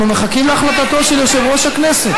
אנחנו מחכים להחלטתו של יושב-ראש הכנסת.